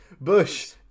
Bush